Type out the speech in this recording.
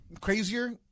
crazier